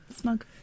Smug